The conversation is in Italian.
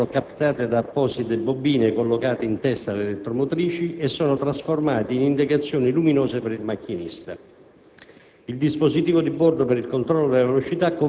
Le informazioni trasmesse vengono captate da apposite bobine collocate in testa alle elettromotrici e sono trasformate in indicazioni luminose per il macchinista.